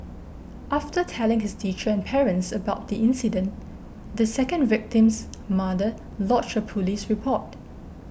after telling his teacher and parents about the incident the second victim's mother lodged a police report